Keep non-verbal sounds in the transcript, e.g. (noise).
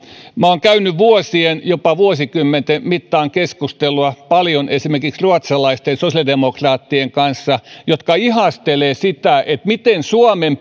minä olen käynyt vuosien jopa vuosikymmenten mittaan keskustelua paljon esimerkiksi ruotsalaisten sosiaalidemokraattien kanssa jotka ihastelevat sitä miten suomen (unintelligible)